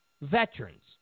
veterans